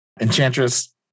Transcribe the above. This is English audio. Enchantress